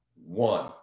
One